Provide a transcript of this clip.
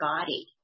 body